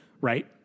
Right